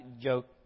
joke